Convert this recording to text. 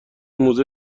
موزه